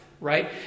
right